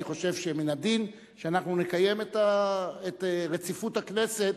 אני חושב שמן הדין שאנחנו נקיים את רציפות הכנסת,